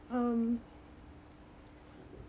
um